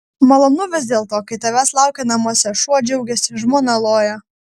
malonu vis dėlto kai tavęs laukia namuose šuo džiaugiasi žmona loja